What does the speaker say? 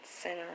Center